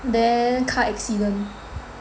then car accident